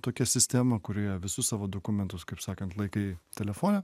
tokia sistema kurioje visus savo dokumentus kaip sakant laikai telefone